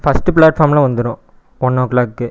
first ப்ளாட்ஃபார்ம்மில் வந்துரும் one ஓ clock